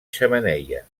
xemeneia